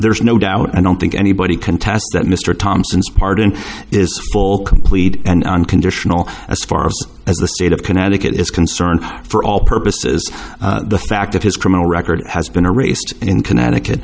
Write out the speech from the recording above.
there's no doubt i don't think anybody contests that mr thompson's pardon is full complete and unconditional as far as the state of connecticut is concerned for all purposes the fact that his criminal record has been erased in connecticut